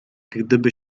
gdyby